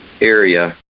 area